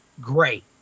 Great